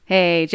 Hey